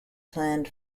planned